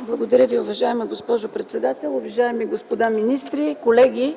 Благодаря Ви. Уважаема госпожо председател, уважаеми господа министри, колеги!